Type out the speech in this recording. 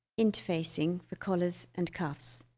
interfacing for collars and cuffs